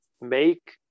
Make